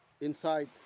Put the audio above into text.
inside